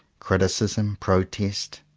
criticism, pro test,